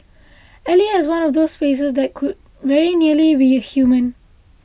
Ally has one of those faces that could very nearly be human